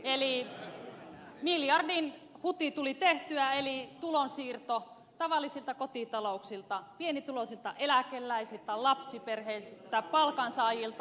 eli miljardin huti tuli tehtyä eli tulonsiirto tavallisilta kotitalouksilta pienituloisilta eläkeläisiltä lapsiperheiltä palkansaajilta työnantajille